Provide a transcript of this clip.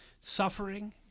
suffering